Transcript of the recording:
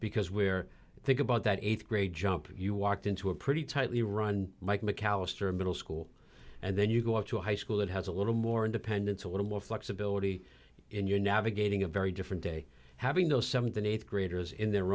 because where think about that th grade jump you walked into a pretty tightly run like mcallister middle school and then you go up to a high school that has a little more independence a little more flexibility in your navigating a very different day having those th and th graders in their